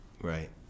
Right